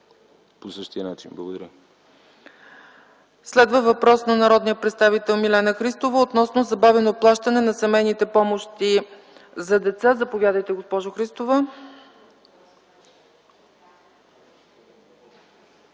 ПРЕДСЕДАТЕЛ ЦЕЦКА ЦАЧЕВА: Следва въпрос на народния представител Милена Христова относно забавено плащане на семейните помощи за деца. Заповядайте, госпожо Христова.